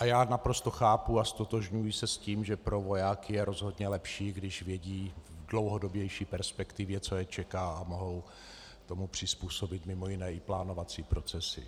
Já naprosto chápu a ztotožňuji se s tím, že pro vojáky je rozhodně lepší, když vědí v dlouhodobější perspektivě, co je čeká, a mohou tomu přizpůsobit mimo jiné i plánovací procesy.